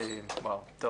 את